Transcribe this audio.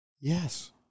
Yes